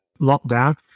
lockdown